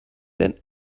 denn